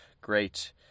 Great